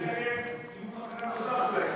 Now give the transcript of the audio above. יכול להיות שנקיים דיון פגרה נוסף.